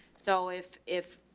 so if, if,